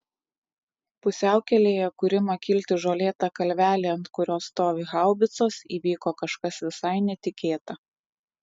pusiaukelėje kur ima kilti žolėta kalvelė ant kurios stovi haubicos įvyko kažkas visai netikėta